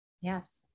Yes